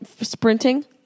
sprinting